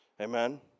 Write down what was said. Amen